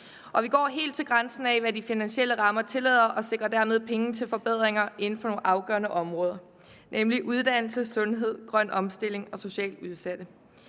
Vi går helt til grænsen af, hvad de finansielle rammer tillader, og sikrer dermed penge til forbedringer inden for nogle afgørende områder, nemlig uddannelse, sundhed, grøn omstilling og socialt udsatte.